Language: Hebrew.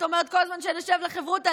את אומרת כל הזמן שנשב לחברותא,